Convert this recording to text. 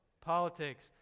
Politics